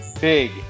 big